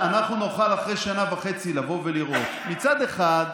אנחנו נוכל בעוד שנה וחצי לבוא ולראות, מצד אחד,